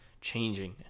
changing